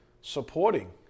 supporting